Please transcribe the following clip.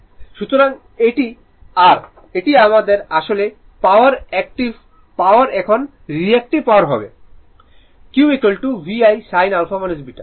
সুতরাং এটি r এটি আমাদের আসল পাওয়ার একটিভ পাওয়ার এখন রিঅ্যাক্টিভ পাওয়ার হবে Q VI sin α β